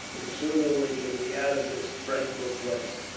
sooner we shall be out of this frightful place.